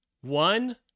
one